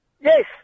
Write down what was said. Yes